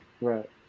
right